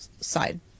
side